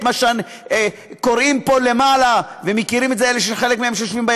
ואני מקווה שבמהלך ההכנה שלה לקריאה שנייה